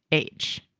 h.